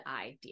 idea